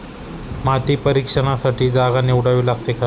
माती परीक्षणासाठी जागा निवडावी लागते का?